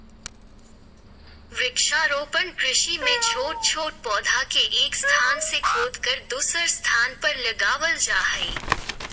वृक्षारोपण कृषि मे छोट छोट पौधा के एक स्थान से खोदकर दुसर स्थान पर लगावल जा हई